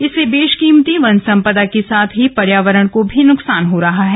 इससे बेशकीमती वन संपदा के साथ ही पर्यावरण को भी नुकसान हो रहा है